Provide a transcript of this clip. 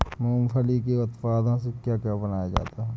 मूंगफली के उत्पादों से क्या क्या बनाया जाता है?